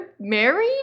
married